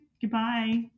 Goodbye